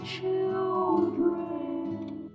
children